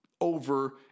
over